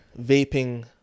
vaping